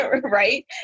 right